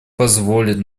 позволит